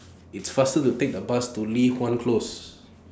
It's faster to Take The Bus to Li Hwan Close